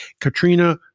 Katrina